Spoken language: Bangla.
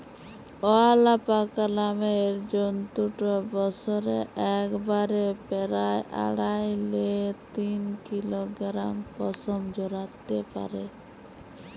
অয়ালাপাকা নামের জন্তুটা বসরে একবারে পেরায় আঢ়াই লে তিন কিলগরাম পসম ঝরাত্যে পারে